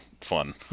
fun